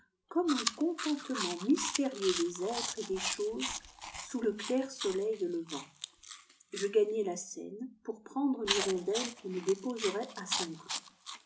comme un contentement mystérieux des êtres et des choses sous le clair soleil levant je gagnai la seine pour prendre l'hirondelle qui me déposerait à saint cioud